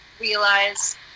realize